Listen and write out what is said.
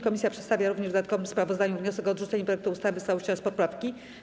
Komisja przedstawia również w dodatkowym sprawozdaniu wniosek o odrzucenie projektu ustawy w całości oraz poprawki.